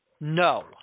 no